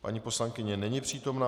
Paní poslankyně není přítomna.